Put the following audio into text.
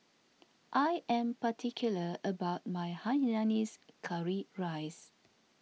I am particular about my Hainanese Curry Rice